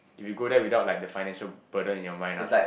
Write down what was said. if you go there without like he financial burden in your mind lah